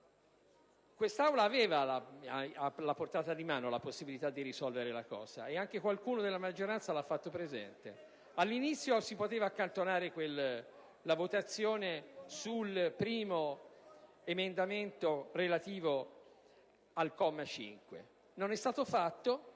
quest'Aula aveva a portata di mano la possibilità di risolvere la questione e anche qualcuno della maggioranza lo ha fatto presente: si poteva accantonare la votazione sul primo emendamento relativo al comma 5. Non è stato fatto,